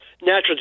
natural